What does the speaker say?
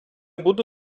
буду